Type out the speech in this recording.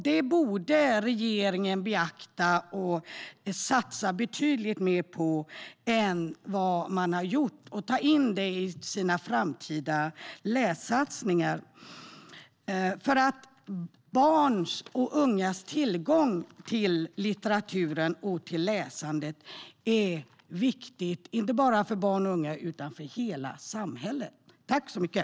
Det borde regeringen beakta och satsa betydligt mer på än vad man har gjort och ta in i sina framtida lässatsningar, för tillgång till litteraturen och läsandet är viktigt, inte bara för barn och unga utan för hela samhället.